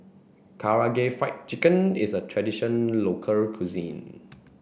Karaage Fried Chicken is a tradition local cuisine